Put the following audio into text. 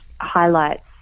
highlights